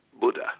Buddha